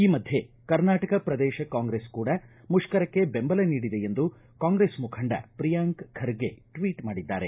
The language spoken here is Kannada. ಈ ಮಧ್ಯೆ ಕರ್ನಾಟಕ ಪ್ರದೇಶ ಕಾಂಗ್ರೆಸ್ ಕೂಡ ಮುಷ್ಕರಕ್ಕೆ ಬೆಂಬಲ ನೀಡಿದೆ ಎಂದು ಕಾಂಗ್ರೆಸ್ ಮುಖಂಡ ಪ್ರಿಯಾಂಕ್ ಖರ್ಗೆ ಟ್ವೀಟ್ ಮಾಡಿದ್ದಾರೆ